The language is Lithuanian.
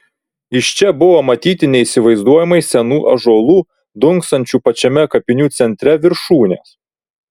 iš čia buvo matyti neįsivaizduojamai senų ąžuolų dunksančių pačiame kapinių centre viršūnės